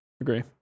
Agree